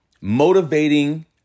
motivating